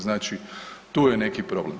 Znači, tu je neki problem.